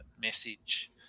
message